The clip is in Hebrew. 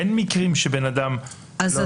אין מקרים שהבן אדם לא --- אם אין מקרים,